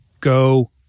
Go